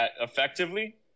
effectively